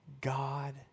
God